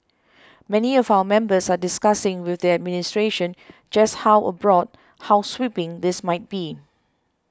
many of our members are discussing with the administration just how broad how sweeping this might be